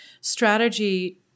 strategy